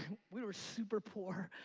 we were super poor.